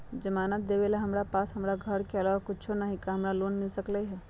जमानत देवेला हमरा पास हमर घर के अलावा कुछो न ही का हमरा लोन मिल सकई ह?